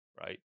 Right